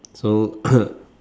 so